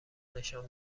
نشان